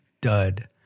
dud